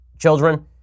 children